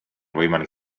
võimalik